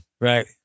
Right